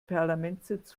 parlamentssitz